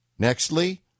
Nextly